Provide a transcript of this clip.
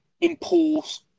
impose